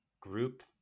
group